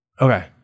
Okay